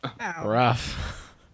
rough